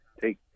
take